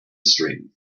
stream